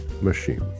machine